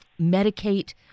medicate